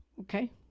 Okay